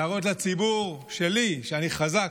להראות לציבור שלי שאני חזק,